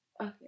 Okay